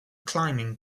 climbing